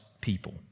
people